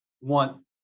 want